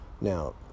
now